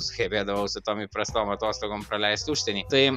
suhebėdavau su tom įprastom atostogom praleist užsieny tai